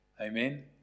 Amen